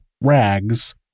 rags